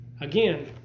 Again